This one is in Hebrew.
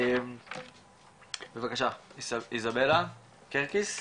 בבקשה, איזבלה קרטיס.